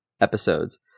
episodes